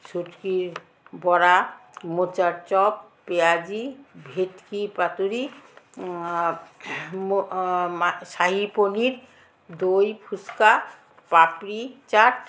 শুটকির বড়া মোচার চপ পেঁয়াজি ভেটকি পাতুরি শাহি পনির দই ফুচকা পাপড়ি চাট